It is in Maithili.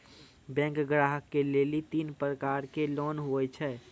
बैंक ग्राहक के लेली तीन प्रकर के लोन हुए छै?